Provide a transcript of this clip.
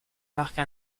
marque